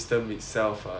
might have been